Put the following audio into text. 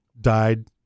died